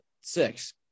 six